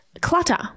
clutter